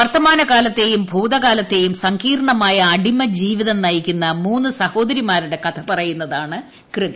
വർത്തമാന കാലത്തെയും ഭൂതകാലത്തെയും സങ്കീർണമായ അടിമ ജീവിതം നയിക്കുന്ന മൂന്ന് സഹോദരിമാരുടെ പറയുന്നതാണ് കൃതി